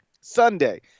Sunday